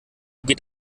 geht